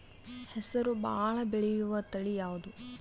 ಹೆಸರು ಭಾಳ ಬೆಳೆಯುವತಳಿ ಯಾವದು?